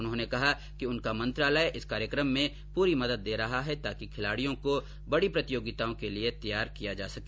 उन्होंने कहा कि उनका मंत्रालय इस कार्यक्रम में पूरी मदद दे रहा है ताकि खिलाडियों को बड़ी प्रतियोगिताओं के लिए तैयार किया जा सके